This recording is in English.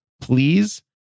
Please